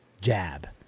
jab